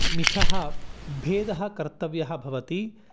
मितः भेदः कर्तव्यः भवति